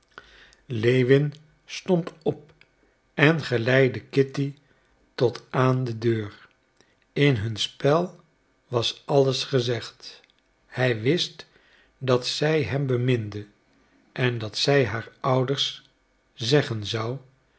lewin stond op en geleidde kitty tot aan de deur in hun spel was alles gezegd hij wist dat zij hem beminde en dat zij haar ouders zeggen zou